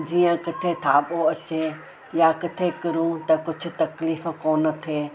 जीअं किथे थाॿो अचे या किथे किरूं त कुझु तकलीफ़ कोन थे